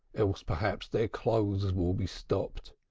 else, perhaps, their clothes will be stopped.